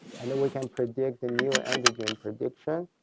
and we can predict the new antigen prediction.